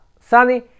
Sunny